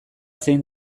zein